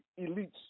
elites